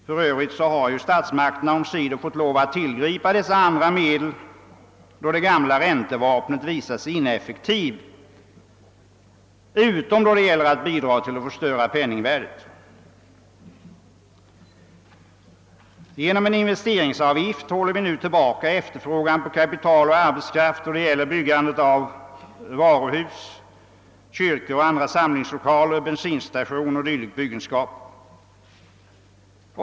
För övrigt har statsmakterna omsider fått lov att tillgripa dessa andra medel, då det gamla räntevapnet visat sig ineffektivt utom då det gäller att bidra till att förstöra penningvärdet. Genom en investeringsavgift håller vi nu tillbaka efterfrågan på kapital och arbetskraft för byggandet av varuhus, kyrkor och andra samlingslokaler, bensinstationer och liknande byggenskap.